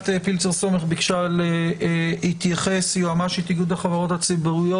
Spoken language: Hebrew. בבקשה, יועמ"שית איגוד החברות הציבוריות.